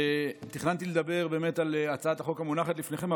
תכננתי לדבר באמת על הצעת החוק המונחת לפניכם,